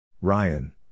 Ryan